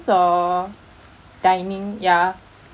or dining ya